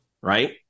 right